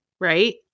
right